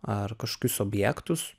ar kažkokius objektus